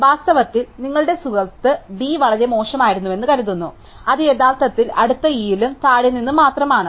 വാസ്തവത്തിൽ നിങ്ങളുടെ സുഹൃത്ത് D വളരെ മോശമായിരുന്നുവെന്ന് കരുതുന്നു അത് യഥാർത്ഥത്തിൽ അടുത്ത Eയിലും താഴെ നിന്നും മാത്രമാണ്